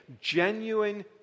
genuine